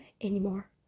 anymore